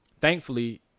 thankfully